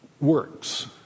Works